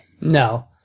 No